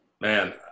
man